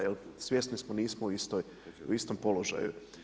Jer svjesni smo nismo u istom položaju.